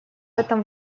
этом